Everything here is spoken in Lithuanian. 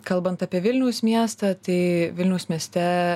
kalbant apie vilniaus miestą tai vilniaus mieste